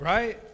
Right